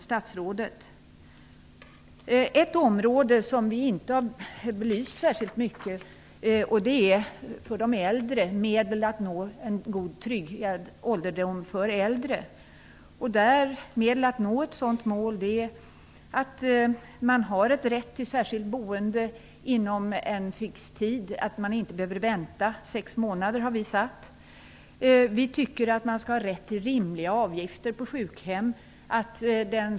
Det finns ett område som vi inte har belyst särskilt mycket. Det handlar om medel för att en tryggad ålderdom skall uppnås. Ett sådant medel är att de äldre skall ha rätt till särskilt boende inom en fix tid. De skall inte behöva vänta. Vi har talat om sex månader. Vi tycker att man skall ha rätt till rimliga avgifter på sjukhem.